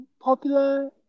popular